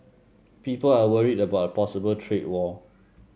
people are worried about a possible trade war